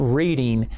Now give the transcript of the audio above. reading